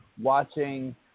watching